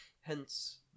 Hence